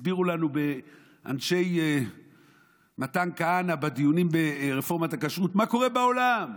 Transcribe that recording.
הסבירו לנו אנשי מתן כהנא בדיונים ברפורמת הכשרות: מה קורה בעולם?